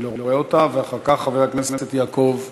אני לא רואה אותה, ואחר כך, חבר הכנסת יעקב ליצמן.